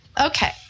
Okay